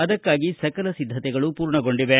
ಅದಕ್ಕಾಗಿ ಸಿದ್ದತೆಗಳು ಪೂರ್ಣಗೊಂಡಿವೆ